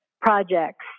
projects